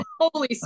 holy